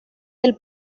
del